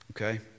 Okay